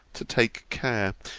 to take care,